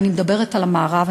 ואני מדברת על המערב,